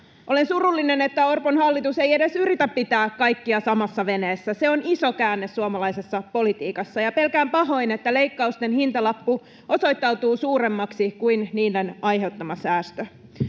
Olen surullinen, että Orpon hallitus ei edes yritä pitää kaikkia samassa veneessä. Se on iso käänne suomalaisessa politiikassa, ja pelkään pahoin, että leikkausten hintalappu osoittautuu suuremmaksi kuin niiden aiheuttama säästö.